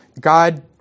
God